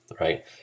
right